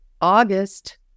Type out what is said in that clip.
August